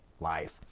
life